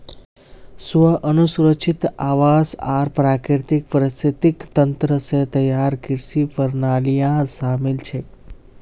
स्व अनुरक्षित आवास आर प्राकृतिक पारिस्थितिक तंत्र स तैयार कृषि प्रणालियां शामिल छेक